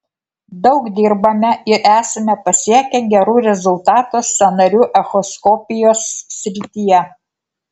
daug dirbame ir esame pasiekę gerų rezultatų sąnarių echoskopijos srityje